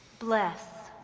bless.